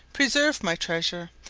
preserved my treasure,